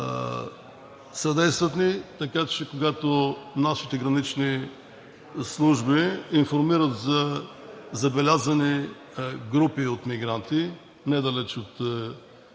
Съдействат ни, така че, когато нашите гранични служби информират за забелязани групи от мигранти, недалеч от